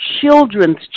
children's